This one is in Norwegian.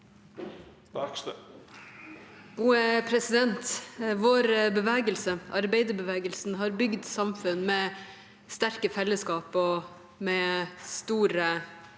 arbei- derbevegelsen, har bygd samfunn med sterke fellesskap og med